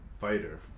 fighter